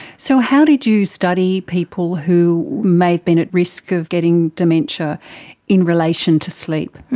so how did you study people who may have been at risk of getting dementia in relation to sleep?